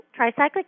Tricyclic